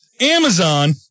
Amazon